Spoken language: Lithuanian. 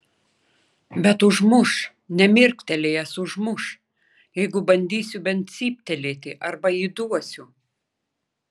bet užmuš nemirktelėjęs užmuš jeigu bandysiu bent cyptelėti arba įduosiu